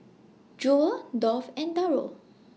Jewel Dolph and Darold